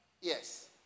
Yes